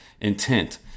intent